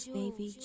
Baby